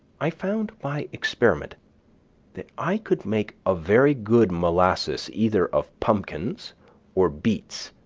i found by experiment that i could make a very good molasses either of pumpkins or beets,